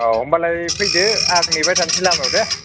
औ होमब्लालाय फैदो आं नेबाय थानसै लामायाव दे